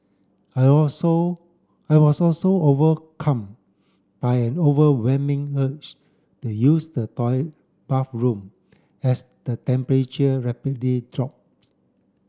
I also I was also overcome by an overwhelming urge to use the bathroom as the temperature rapidly drops